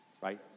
Right